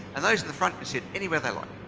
and those at the front can sit anywhere they like.